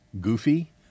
goofy